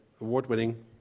award-winning